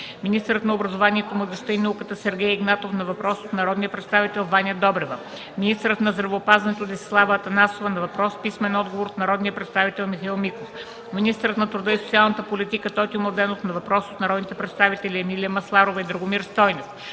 министърът на образованието, младежта и науката Сергей Игнатов на въпрос от народния представител Ваня Добрева; - министърът на здравеопазването Десислава Атанасова на въпрос с писмен отговор от народния представител Михаил Миков; - министърът на труда и социалната политика Тотю Младенов на въпрос от народните представители Емилия Масларова и Драгомир Стойнев.